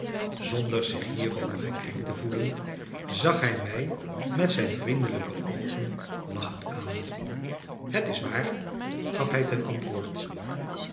zonder zich hierover gekrenkt te gevoelen zag hij mij met zijn vriendelijke oogen lachend aan het is waar gaf hij ten antwoord